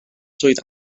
swydd